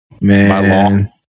man